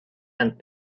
and